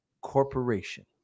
corporation